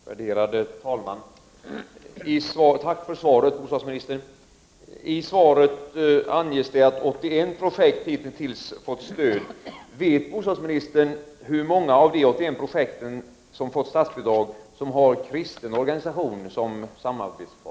Värderade talman! Tack för svaret, bostadsministern. I svaret anges det att 81 projekt hitintills fått stöd. Vet bostadsministern hur många av de 81 projekt som har fått statsbidrag som har en kristen organisation som samarbetspartner?